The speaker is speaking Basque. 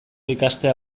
ikastea